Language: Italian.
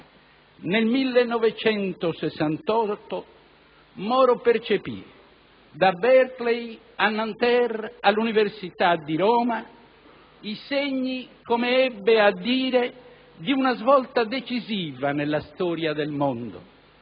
Nel 1968 Moro percepì, da Berkeley, a Nanterre e all'Università di Roma, i segni, come ebbe a dire: «di una svolta decisiva nella storia del mondo»,